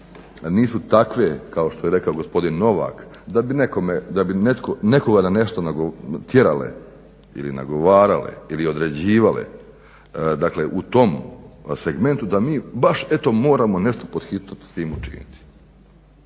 nisu takve kao što je rekao gospodin Novak da bi nekoga na nešto natjerale ili nagovarale ili određivale, dakle u tom segmentu da mi baš eto moramo nešto pod hitno s tim učiniti.